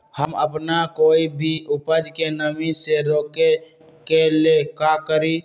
हम अपना कोई भी उपज के नमी से रोके के ले का करी?